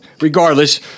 regardless